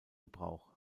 gebrauch